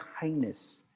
kindness